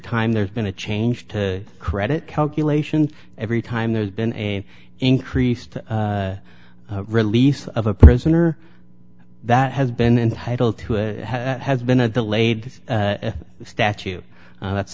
time there's been a change to credit calculations every time there's been a increased release of a prisoner that has been entitled to it has been a delayed statue that's